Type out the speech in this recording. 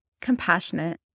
compassionate